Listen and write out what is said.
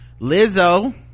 lizzo